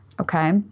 Okay